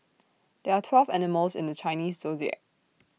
there are twelve animals in the Chinese Zodiac